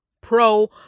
pro